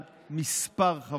על לא